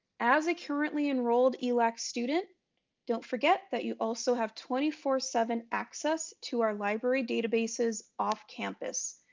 as a currently enrolled elac student don't forget that you also have twenty four seven access to our library databases off campus,